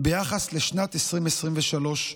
לשנת 2023,